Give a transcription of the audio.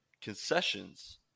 concessions